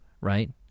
right